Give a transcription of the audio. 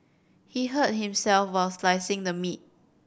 he hurt himself while slicing the meat